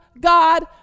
God